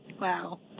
Wow